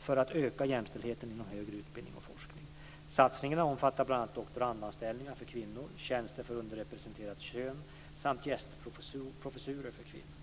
för att öka jämställdheten inom högre utbildning och forskning. Satsningarna omfattar bl.a. doktorandanställningar för kvinnor, tjänster för underrepresenterat kön samt gästprofessurer för kvinnor.